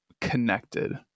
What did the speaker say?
connected